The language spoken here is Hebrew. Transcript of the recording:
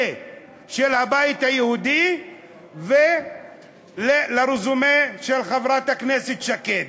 של הבית היהודי ולרזומה של חברת הכנסת שקד: